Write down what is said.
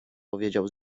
powiedział